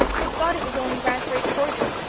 i thought it was only raspberry cordial.